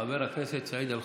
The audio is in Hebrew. חבר הכנסת סעיד אלחרומי.